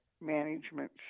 management